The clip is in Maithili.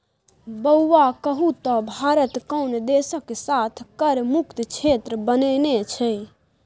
बौआ कहु त भारत कोन देशक साथ कर मुक्त क्षेत्र बनेने छै?